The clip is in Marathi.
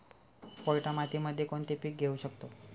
पोयटा मातीमध्ये कोणते पीक घेऊ शकतो?